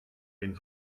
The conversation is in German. den